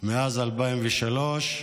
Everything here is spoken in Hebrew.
מאז 2003,